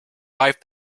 life